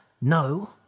No